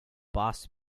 boss